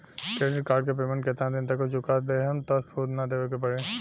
Credit card के payment केतना दिन तक चुका देहम त सूद ना देवे के पड़ी?